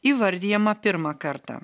įvardijama pirmą kartą